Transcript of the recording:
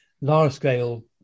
large-scale